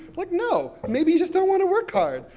like, no, maybe you just don't want to work hard.